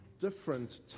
different